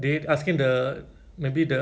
mm